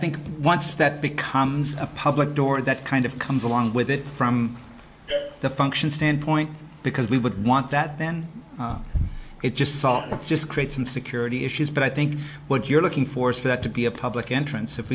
think once that becomes a public door and that kind of comes along with it from the function standpoint because we would want that then it just stopped just creates insecurity issues but i think what you're looking for for that to be a public entrance if